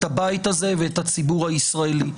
את הבית הזה ואת הציבור הישראלי.